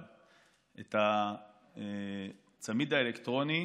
פה אחד את הצמיד האלקטרוני,